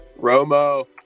Romo